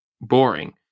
Boring